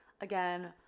again